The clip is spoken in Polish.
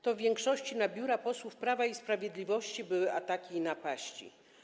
To w większości na biura posłów Prawa i Sprawiedliwości były ataki i napaści.